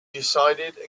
decided